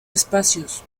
espacios